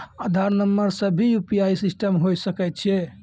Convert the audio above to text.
आधार नंबर से भी यु.पी.आई सिस्टम होय सकैय छै?